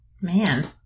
man